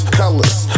colors